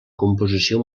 composició